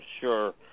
sure